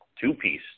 two-piece